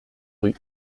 rue